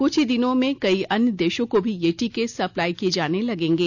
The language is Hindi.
कुछ ही दिनों में कई अन्य देशों को भी ये टीके सप्लाई किए जाने लगेंगे